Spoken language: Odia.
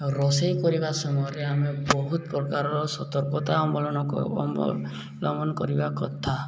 ରୋଷେଇ କରିବା ସମୟରେ ଆମେ ବହୁତ ପ୍ରକାରର ସତର୍କତା ଅମ୍ବଲନ କ ଅବଲମ୍ବନ କରିବା କଥା